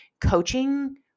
coaching